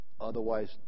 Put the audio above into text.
Otherwise